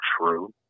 true